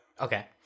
okay